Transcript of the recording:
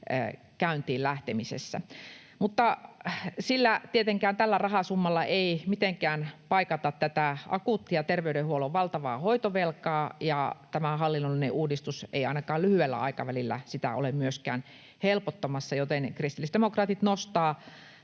käyntiin lähtemiseen. Mutta tietenkään tällä rahasummalla ei mitenkään paikata tätä akuuttia terveydenhuollon valtavaa hoitovelkaa, ja tämä hallinnollinen uudistus ei ainakaan lyhyellä aikavälillä sitä ole myöskään helpottamassa, joten kristillisdemokraatit nostaa